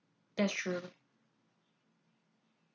that's true